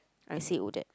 I said Odette